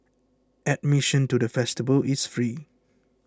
admission to the festival is free